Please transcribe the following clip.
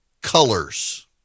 colors